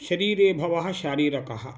शरीरे भवः शारीरिकः